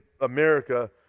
America